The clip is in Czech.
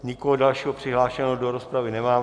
Nikoho dalšího přihlášeného do rozpravy nemám.